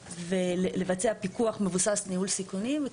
ולבצע פיקוח מבוסס ניהול סיכונים,